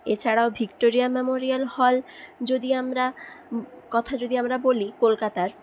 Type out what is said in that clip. এছাড়াও Victoria memorial hall যদি আমরা কথা যদি আমরা বলি কলকাতার